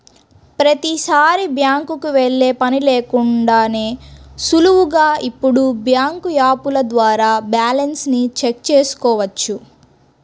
ప్రతీసారీ బ్యాంకుకి వెళ్ళే పని లేకుండానే సులువుగా ఇప్పుడు బ్యాంకు యాపుల ద్వారా బ్యాలెన్స్ ని చెక్ చేసుకోవచ్చు